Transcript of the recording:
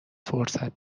فرصت